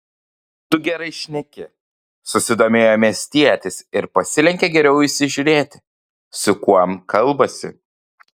tu gerai šneki susidomėjo miestietis ir pasilenkė geriau įsižiūrėti su kuom kalbasi